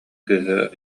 кыыһы